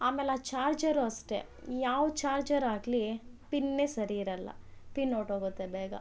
ಆಮೇಲೆ ಆ ಚಾರ್ಜರು ಅಷ್ಟೇ ಯಾವ ಚಾರ್ಜರ್ ಆಗಲಿ ಪಿನ್ನೆ ಸರಿ ಇರೊಲ್ಲ ಪಿನ್ ಹೊರ್ಟೋಗುತ್ತೆ ಬೇಗ